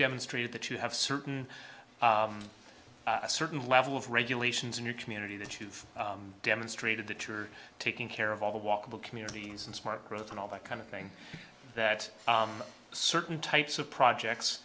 demonstrated that you have certain a certain level of regulations in your community that you've demonstrated that you're taking care of all the walkable communities and smart growth and all that kind of thing that certain types of projects